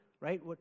right